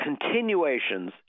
continuations